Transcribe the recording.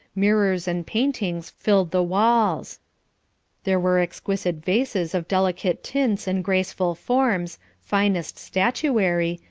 mirrors and paintings filled the walls there were exquisite vases of delicate tints and graceful forms, finest statuary,